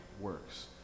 works